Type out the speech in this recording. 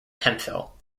hemphill